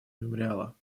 мемориала